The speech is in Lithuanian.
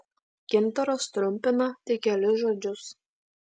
gintaras trumpina tik kelis žodžius